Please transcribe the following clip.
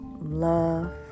love